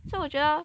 so 我觉得